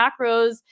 macros